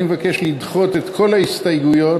אני מבקש לדחות את כל ההסתייגויות